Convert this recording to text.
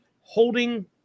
holding